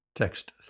TEXT